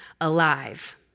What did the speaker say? alive